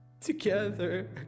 together